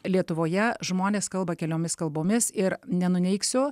lietuvoje žmonės kalba keliomis kalbomis ir nenuneigsiu